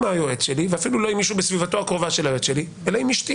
היועץ שלי ואפילו לא עם מישהו בסביבתו הקרובה של היועץ שלי אלא עם אשתי